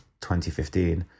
2015